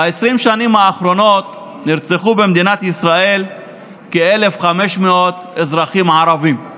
ב-20 השנים האחרונות נרצחו במדינת ישראל כ-1,500 אזרחים ערבים.